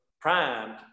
primed